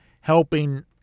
helping